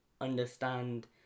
understand